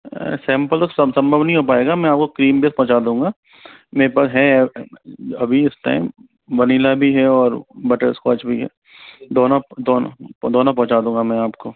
sample तो संभव नहीं हो पाएगा मैं वो क्रीम बेस पहुँचा दूँगा मेरे पास है अभी इस टाइम वनीला भी है और बटरस्कॉच भी है दोनों पहुँचा दूँगा आपको